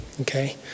Okay